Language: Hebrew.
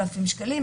000 שקל,